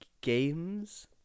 games